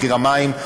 מחיר המים,